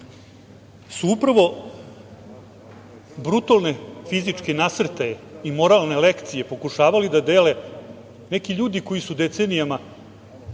da brutalne fizički nasrtaje i moralne lekcije pokušavali da dele neki ljudi koji su decenijama